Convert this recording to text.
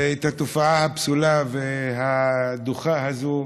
והתופעה הפסולה והדוחה הזאת,